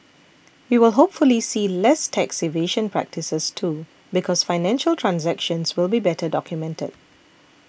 we will hopefully see less tax evasion practices too because financial transactions will be better documented